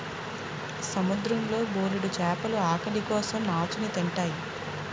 సముద్రం లో బోలెడు చేపలు ఆకలి కోసం నాచుని తింతాయి